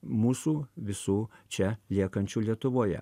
mūsų visų čia liekančių lietuvoje